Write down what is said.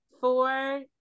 four